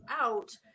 out